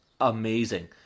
amazing